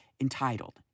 entitled